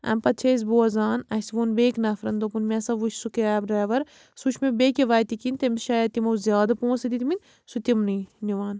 اَمہِ پتہٕ چھِ أسۍ بوزان اَسہِ ووٚن بیٚکۍ نفرن دوپُن مےٚ ہسا وُچھ سُہ کیب ڈرٛایوَر سُہ وُچھ مےٚ بیٚیہِ کہِ وَتہِ کِنۍ تٔمِس شاید تِمو زیادٕ پونسہٕ دِتمٕتۍ سُہ تِمنٕے نِوان